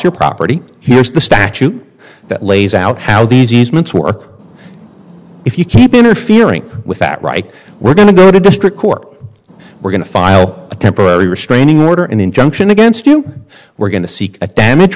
your property here is the statute that lays out how these easements work if you keep interfering with that right we're going to go to district court we're going to file a temporary restraining order an injunction against you we're going to seek a damage